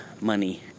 money